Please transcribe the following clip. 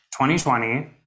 2020